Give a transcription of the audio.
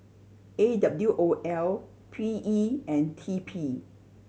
A W O L P E and T P